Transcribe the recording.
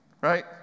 right